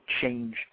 change